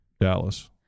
Dallas